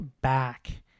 back